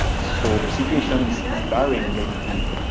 so the situation is is varying, basically,